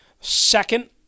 Second